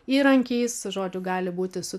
įrankiais žodžiu gali būti su